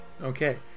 Okay